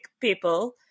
people